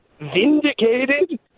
vindicated